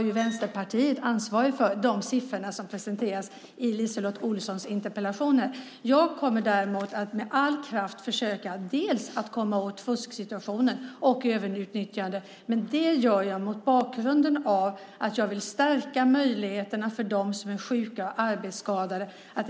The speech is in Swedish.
Men Vänsterpartiet är ju ansvarigt för de siffror som presenteras i LiseLotte Olssons interpellation. Jag kommer däremot att med all kraft försöka komma åt fusksituationen och överutnyttjandet. Men det gör jag mot bakgrund av att jag vill stärka de sjukas och arbetsskadades möjligheter.